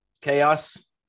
chaos